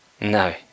No